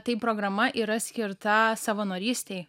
tai programa yra skirta savanorystei